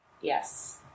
Yes